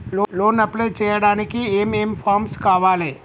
Loan apply చేయడానికి ఏం ఏం ఫామ్స్ కావాలే?